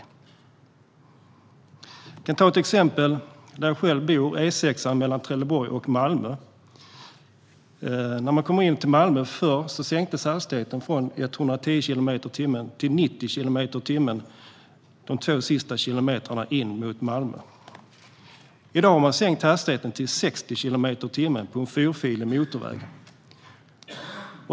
Jag kan ta ett exempel från trakterna där jag själv bor, nämligen E6 mellan Trelleborg och Malmö. Förr var hastighetsgränsen sänkt från 110 kilometer i timmen till 90 kilometer i timmen de två sista kilometerna in mot Malmö. I dag är hastighetsgränsen sänkt till 60 kilometer i timmen - på en fyrfilig motorväg.